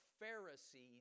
Pharisees